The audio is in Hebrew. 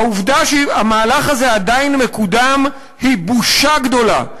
העובדה שהמהלך הזה עדיין מקודם היא בושה גדולה,